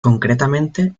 concretamente